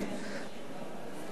אני לא שומע את עצמי, כבוד היושב-ראש.